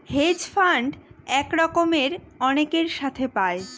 hedge fund এক রকমের অনেকের সাথে পায়